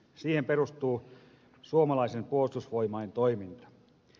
siihen perustuu suomalaisten puolustusvoimain toiminta